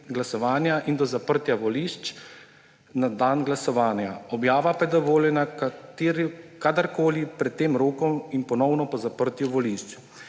glasovanja in do zaprtja volišč na dan glasovanja, objava pa je dovoljena kadarkoli pred tem rokom in ponovno po zaprtju volišč.